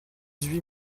huit